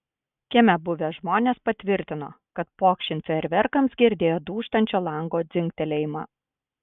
kieme buvę žmonės patvirtino kad pokšint fejerverkams girdėjo dūžtančio lango dzingtelėjimą